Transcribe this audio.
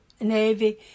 Navy